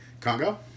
Congo